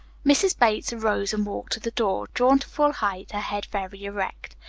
mrs. bates arose and walked to the door, drawn to full height, her head very erect.